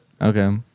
Okay